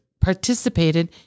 participated